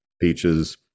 peaches